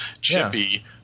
chippy